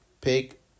pick